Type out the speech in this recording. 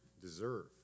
deserve